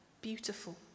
beautiful